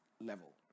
level